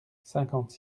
cinquante